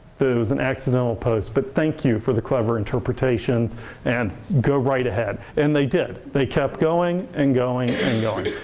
that it was an accidental post, but thank you for the clever interpretations and go right ahead. and they did. they kept going and going and going.